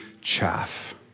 chaff